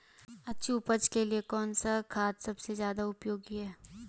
अच्छी उपज के लिए कौन सा खाद सबसे ज़्यादा उपयोगी है?